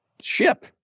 ship